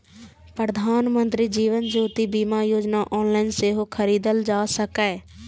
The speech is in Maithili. प्रधानमंत्री जीवन ज्योति बीमा योजना ऑनलाइन सेहो खरीदल जा सकैए